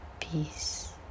peace